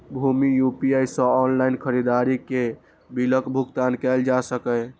भीम UPI सं online खरीदारी के बिलक भुगतान कैल जा सकैए